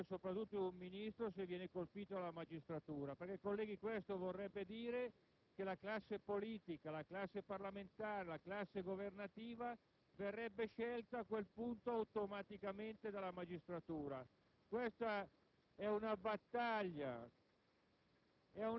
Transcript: le dimissioni automatiche di un uomo politico, soprattutto di un Ministro, se viene colpito dalla magistratura perché, colleghi, questo vorrebbe dire che la classe politica, la classe parlamentare e governativa verrebbe scelta a quel punto automaticamente dalla magistratura. Questa